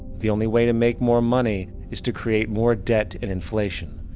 the only way to make more money is to create more debt and inflation.